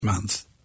month